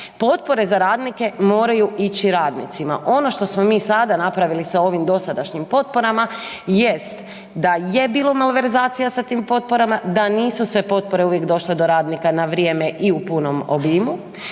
Potpore za radnike moraju ići radnicima. Ono što smo mi sada napravili sa ovim dosadašnjim potporama jest da je bilo malverzacija sa tim potporama, da nisu sve potpore uvijek došle do radnika na vrijeme i u punom obimu,